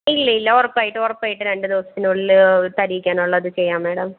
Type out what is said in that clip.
ഇല്ലയില്ല ഉറപ്പായിട്ടും ഉറപ്പായിട്ടും രണ്ടു ദിവസത്തിനുള്ളിൽ തരീക്കുവാനുള്ളത് ചെയ്യാം മാഡം